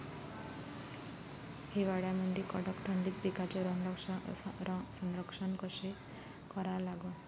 हिवाळ्यामंदी कडक थंडीत पिकाचे संरक्षण कसे करा लागन?